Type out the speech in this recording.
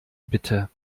bitte